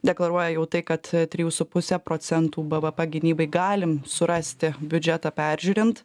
deklaruoja jau tai kad trijų su puse procentų bvp gynybai galim surasti biudžetą peržiūrint